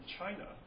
China